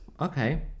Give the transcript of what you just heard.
Okay